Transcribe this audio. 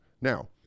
now